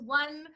one